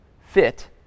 fit